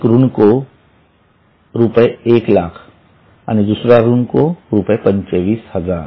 एक ऋणको १००००० आणि दुसरे ऋणको २५०००